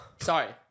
sorry